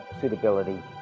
suitability